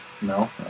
No